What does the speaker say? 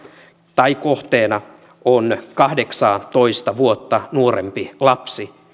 tai kohteena on kahdeksaatoista vuotta nuorempi lapsi